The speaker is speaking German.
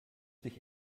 dich